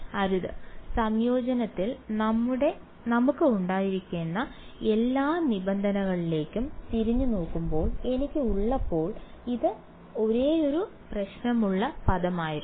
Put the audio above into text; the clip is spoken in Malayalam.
അരുത് സംയോജനത്തിൽ നമുക്ക് ഉണ്ടായിരുന്ന എല്ലാ നിബന്ധനകളിലേക്കും തിരിഞ്ഞുനോക്കുമ്പോൾ എനിക്ക് ഉള്ളപ്പോൾ ഇത് ഒരേയൊരു പ്രശ്നമുള്ള പദമായിരുന്നു